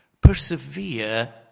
Persevere